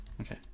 Okay